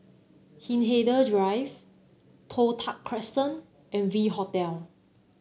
Hindhede Drive Toh Tuck Crescent and V Hotel